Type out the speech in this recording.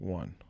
one